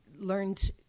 learned